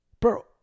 bro